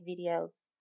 videos